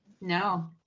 No